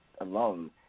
alone